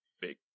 big